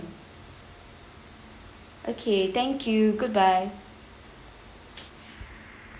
okay thank you goodbye